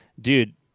dude